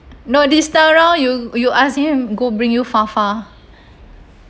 no this time round you you ask him go bring you far far